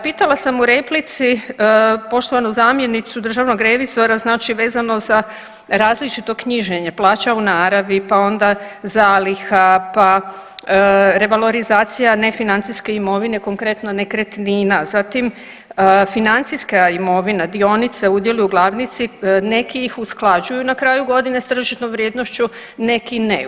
Pitala sam u replici poštovanu zamjenicu državnog revizora znači vezano za različito knjiženje plaća u naravi, pa onda zaliha, pa revalorizacija nefinancijske imovine konkretno nekretnina, zatim financijska imovina, dionice u udjelu glavnice neki ih usklađuju na kraju godine sa tržišnom vrijednošću, neki ne.